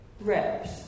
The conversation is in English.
reps